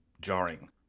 jarring